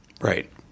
Right